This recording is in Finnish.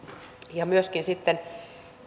ja myöskin